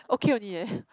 okay only eh